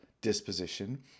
disposition